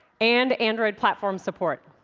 and android platform support.